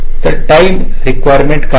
तर time requirement काय आहे